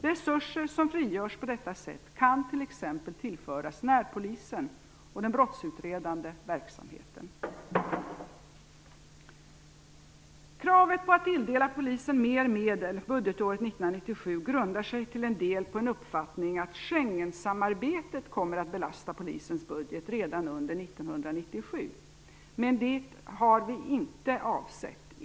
Resurser som frigörs på detta sätt kan t.ex. tillföras närpolisen och den brottsutredande verksamheten. 1997 grundar sig till en del på en uppfattning att Schengensamarbetet kommer att belasta polisens budget redan år 1997. Men det har vi inte avsett.